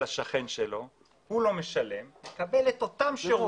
השכן שלא משלם ומקבל את אותם השירותים